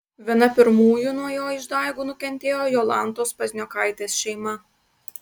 viena pirmųjų nuo jo išdaigų nukentėjo jolantos pazniokaitės šeima